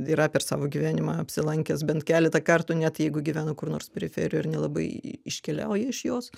yra per savo gyvenimą apsilankęs bent keletą kartų net jeigu gyvena kur nors periferijoj ir nelabai iškeliauja iš jos